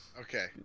Okay